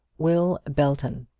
will belton.